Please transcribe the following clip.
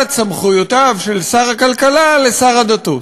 סמכויותיו של שר הכלכלה לשר הדתות.